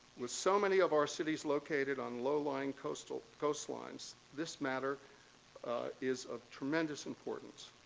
with so many of our cities located on low-lying coast ah coast lines, this matter is of tremendous importance.